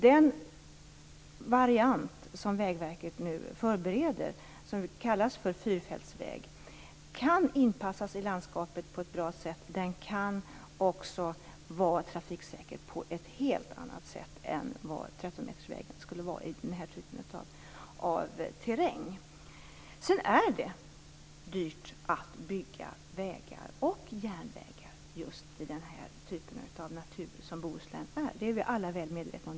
Den variant som Vägverket nu förbereder, det som kallas för en fyrfältsväg, kan inpassas i landskapet på ett bra sätt, och den kan också vara trafiksäker på ett helt annat sätt än vad 13-metersvägen skulle vara i den här typen av terräng. Det är dyrt att bygga vägar och järnvägar just i den typ av natur som finns i Bohuslän. Det är vi alla väl medvetna om.